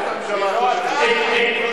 הממשלה הקודמת.